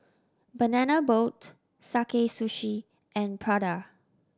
Banana Boat Sakae Sushi and Prada